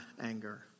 anger